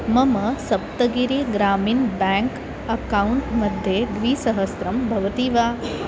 मम Saptagiri Grameen bank account मध्ये द्विसहस्रं भवति वा